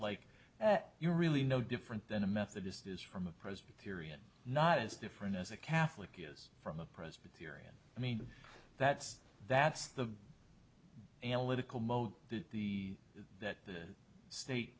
like you're really no different than a methodist is from a presbyterian not as different as a catholic is from a presbyterian i mean that's that's the analytical mode that the that that state